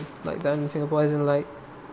like done in singapore as in like